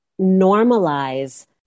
normalize